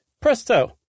Presto